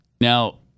Now